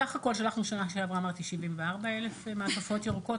בסך הכול שלחנו בשנה שעברה 74,000 מעטפות ירוקות,